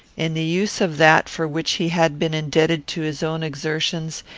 in the use of that for which he had been indebted to his own exertions,